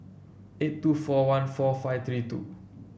eight two four one four five three two